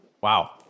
Wow